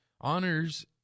honors